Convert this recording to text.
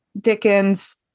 Dickens